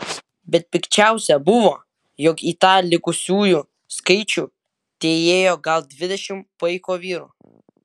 bet pikčiausia buvo jog į tą likusiųjų skaičių teįėjo gal dvidešimt paiko vyrų